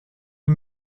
wie